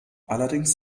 allerdings